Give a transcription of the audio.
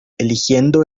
eligiendo